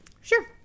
Sure